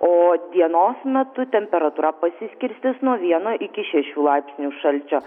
o dienos metu temperatūra pasiskirstys nuo vieno iki šešių laipsnių šalčio